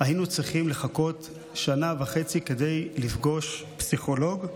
היינו צריכים לחכות שנה וחצי כדי לפגוש פסיכולוג.